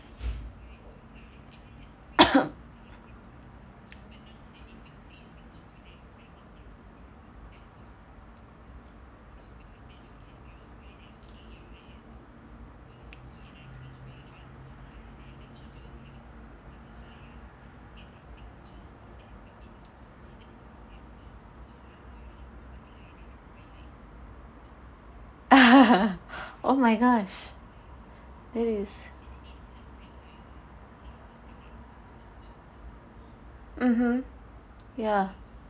oh my gosh mmhmm ya